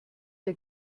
der